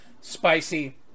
spicy